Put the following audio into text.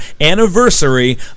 anniversary